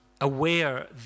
aware